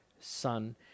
Son